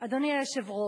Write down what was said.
אדוני היושב-ראש,